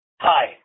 Hi